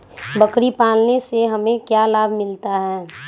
बकरी पालने से हमें क्या लाभ मिलता है?